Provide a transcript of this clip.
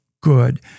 good